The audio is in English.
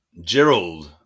gerald